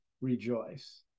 rejoice